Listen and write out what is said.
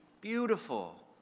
beautiful